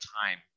time